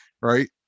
right